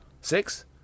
Six